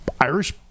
irish